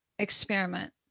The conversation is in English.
experiment